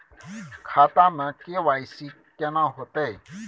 खाता में के.वाई.सी केना होतै?